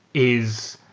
is,